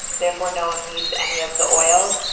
therefore, no one needs any of the oil.